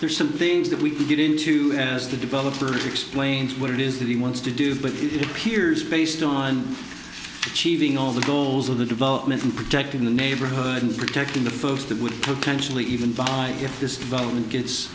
are some things that we could get into as the developer explains what it is that he wants to do but it appears based on cheating all the goals of the development and protecting the neighborhood and protecting the folks that would potentially even value this development gets